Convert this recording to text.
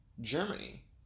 Germany